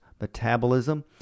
metabolism